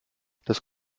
das